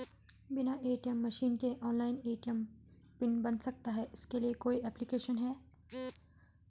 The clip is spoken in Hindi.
बिना ए.टी.एम मशीन के ऑनलाइन ए.टी.एम पिन बन सकता है इसके लिए कोई ऐप्लिकेशन है?